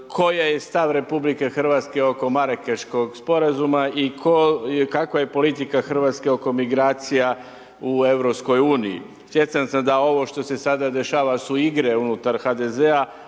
koji je stav RH oko Marakeškog sporazuma i kakva je politika Hrvatske oko migracija u Europskoj uniji. Svjestan sam da ovo što se sada dešava su igre unutar igre